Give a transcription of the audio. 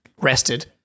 rested